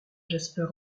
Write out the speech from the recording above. jasper